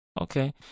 Okay